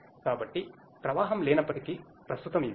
కాబట్టి ప్రవాహం లేనప్పటికీ ప్రస్తుతం ఇధి